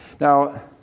Now